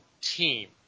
team